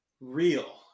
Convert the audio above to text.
real